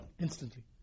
instantly